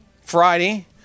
Friday